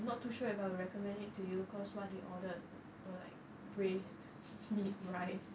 I'm not too sure if I will recommend it to you cause what they ordered was like braised meat rice